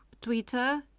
Twitter